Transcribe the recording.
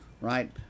right